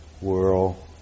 world